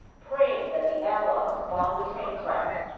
praying that the allies bomb the train tracks,